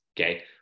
Okay